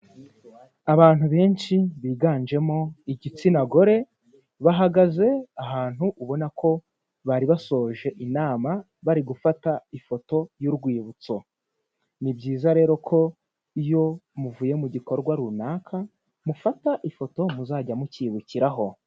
Abantu benshi biganjemo igitsina gore bahagaze ahantu ubona ko bari basoje inama, bari gufata ifoto y'urwibutso. Ni byiza rero ko iyo muvuye mu gikorwa runaka mufata ifoto muzajya mucyibukiraho.